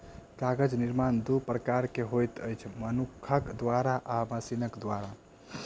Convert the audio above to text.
कागज निर्माण दू प्रकार सॅ होइत अछि, मनुखक द्वारा आ मशीनक द्वारा